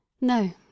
no